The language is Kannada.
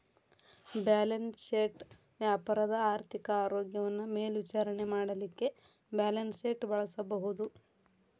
ಬ್ಯಾಲೆನ್ಸ್ ಶೇಟ್ ವ್ಯಾಪಾರದ ಆರ್ಥಿಕ ಆರೋಗ್ಯವನ್ನ ಮೇಲ್ವಿಚಾರಣೆ ಮಾಡಲಿಕ್ಕೆ ಬ್ಯಾಲನ್ಸ್ಶೇಟ್ ಬಳಸಬಹುದು